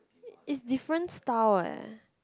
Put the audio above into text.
is different style eh